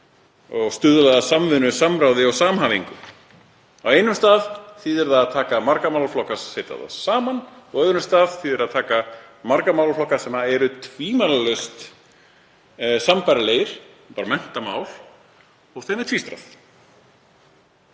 og stuðla að samvinnu, samráði og samhæfingu. Á einum stað þýðir það að taka marga málaflokka og setja þá saman og á öðrum stað þýðir það að taka marga málaflokka sem eru tvímælalaust sambærilegir, menntamál, og tvístra